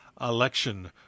election